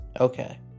Okay